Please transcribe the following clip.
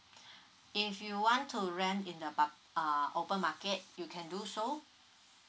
if you want to rent in about uh open market you can do so